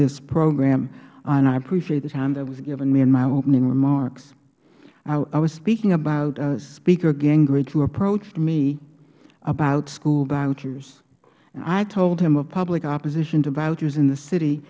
this program and i appreciate the time that was given me in my opening remarks i was speaking about speaker gingrich who approached me about school vouchers and i told him of public opposition to vouchers in the city